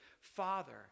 Father